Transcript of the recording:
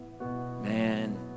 man